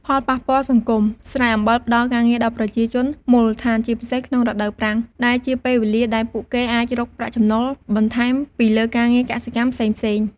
ផលប៉ះពាល់សង្គម ស្រែអំបិលផ្តល់ការងារដល់ប្រជាជនមូលដ្ឋាន ជាពិសេសក្នុងរដូវប្រាំង ដែលជាពេលវេលាដែលពួកគេអាចរកប្រាក់ចំណូលបន្ថែមពីលើការងារកសិកម្មផ្សេងៗ។